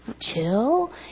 chill